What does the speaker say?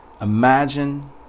Imagine